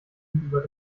über